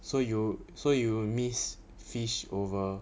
so you so you miss fish over